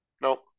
no